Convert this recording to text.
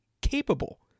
capable